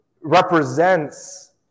represents